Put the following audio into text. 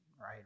right